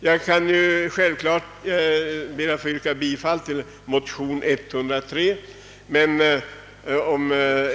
Jag ber att få yrka bifall till motion nr 103.